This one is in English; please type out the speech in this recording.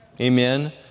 Amen